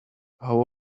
how